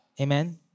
Amen